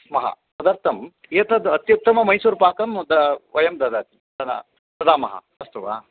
स्मः तदर्थम् एतद् अत्युत्तमः मैसूर् पाकं द वयं ददाति ददा ददामः अस्तु वा